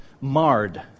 marred